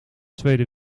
tweede